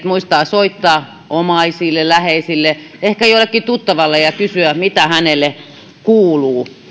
muistaa soittaa omaisille läheisille ehkä jollekin tuttavalle ja kysyä mitä heille kuuluu